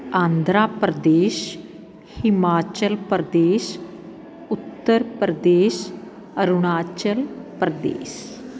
Andhra Pradesh Himachal Pradesh Uttar Pradesh Arunachal Pradesh